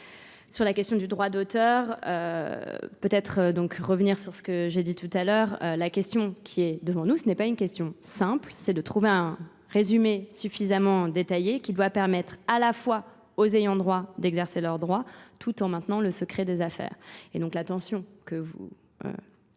sur la question du droit d'auteur peut-être donc revenir sur ce que j'ai dit tout à l'heure la question qui est devant nous ce n'est pas une question simple c'est de trouver un résumé suffisamment détaillé qui doit permettre à la fois aux ayants droit d'exercer leurs droits tout en maintenant le secret des affaires